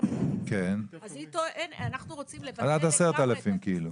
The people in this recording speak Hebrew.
אנחנו רוצים לקבל --- עד 10,000 כאילו.